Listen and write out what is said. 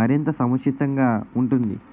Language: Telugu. మరింత సముచితంగా ఉంటుంది?